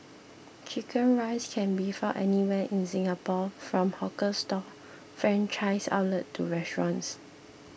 Chicken Rice can be found anywhere in Singapore from hawker stall franchised outlet to restaurants